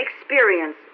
experience